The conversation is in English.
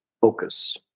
focus